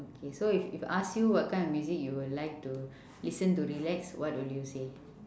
okay so if if ask you what kind of music you will like to listen to relax what will you say